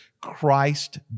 Christ